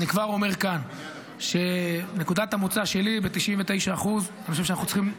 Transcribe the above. אני כבר אומר כאן שנקודת המוצא שלי ב-99% היא שאני חושב שאנחנו צריכים,